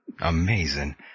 Amazing